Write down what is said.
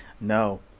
No